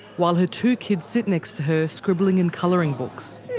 while her two kids sit next to her scribbling in colouring books.